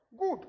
Good